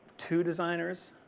two designers?